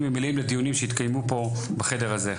מלאים לדיונים שיתקיימו פה בחדר הזה.